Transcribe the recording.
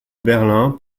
berlin